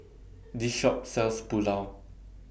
This Shop sells Pulao